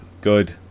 Good